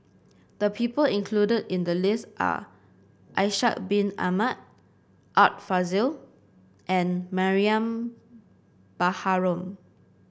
the people included in the list are Ishak Bin Ahmad Art Fazil and Mariam Baharom